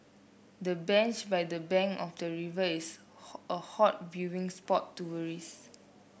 the bench by the bank of the river is a hot viewing spot tourists